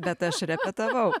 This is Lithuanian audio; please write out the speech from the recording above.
kad aš repetavau